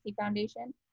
Foundation